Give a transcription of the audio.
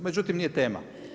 Međutim nije tema.